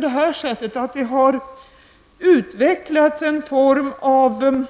Det har utvecklats en ''klubb''